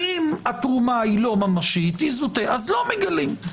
ואם התרומה היא לא ממשית, אז לא מגלים.